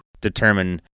determine